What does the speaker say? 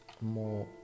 more